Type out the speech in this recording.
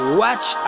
watch